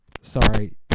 Sorry